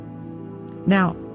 Now